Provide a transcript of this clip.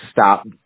stop